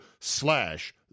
slash